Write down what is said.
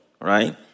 right